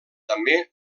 també